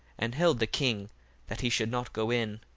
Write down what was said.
and held the king that he should not go in,